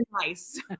nice